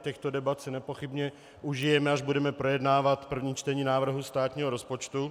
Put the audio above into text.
Těchto debat si nepochybně užijeme, až budeme projednávat v prvním čtení návrh státního rozpočtu.